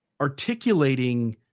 articulating